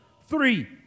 Three